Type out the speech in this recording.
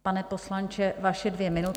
Pane poslanče, vaše dvě minuty.